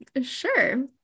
Sure